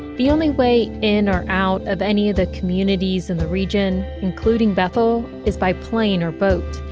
the only way in or out of any of the communities in the region, including bethel, is by plane or boat.